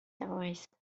terroristes